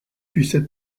puissent